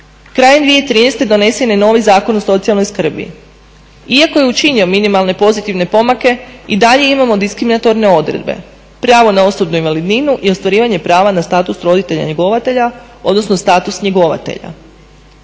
Krajem 2013. donesen je novi Zakon o socijalnoj skrbi. Iako je učinio minimalne pozitivne pomake i dalje imamo diskriminatorne odredbe, pravo na osobnu invalidninu i ostvarivanje prava na status roditelja njegovatelja, odnosno status njegovatelja.